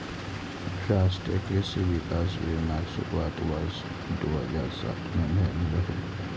राष्ट्रीय कृषि विकास योजनाक शुरुआत वर्ष दू हजार सात मे भेल रहै